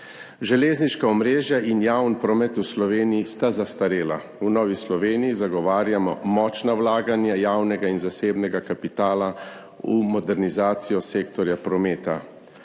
Železniška omrežja in javni promet v Sloveniji sta zastarela. V Novi Sloveniji zagovarjamo močna vlaganja javnega in zasebnega kapitala v modernizacijo sektorja prometa.